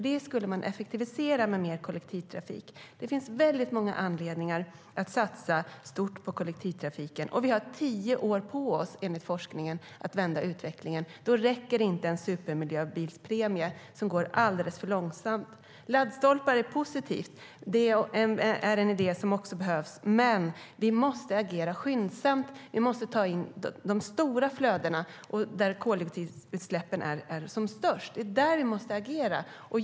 Det skulle man effektivisera med mer kollektivtrafik. Det finns väldigt många anledningar att satsa stort på kollektivtrafiken. Vi har tio år på oss att vända utvecklingen, enligt forskningen. Då räcker inte en supermiljöbilspremie, som går alldeles för långsamt. Laddstolpar är positivt, och det är en idé som behövs. Men vi måste agera skyndsamt och ta in de stora flödena där koldioxidutsläppen är som störst. Det är där vi måste agera.